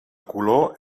color